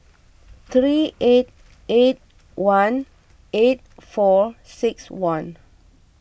three eight eight one eight four six one